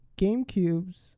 GameCubes